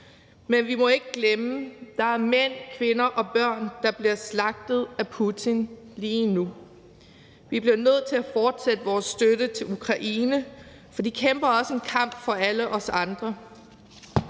Men vi må ikke glemme, at der er mænd, kvinder og børn, der bliver slagtet af Putin lige nu. Vi bliver nødt til at fortsætte vores støtte til Ukraine, for de kæmper også en kamp for alle os andre.